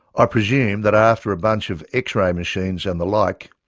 i presume that after a bunch of x-ray machines and the like,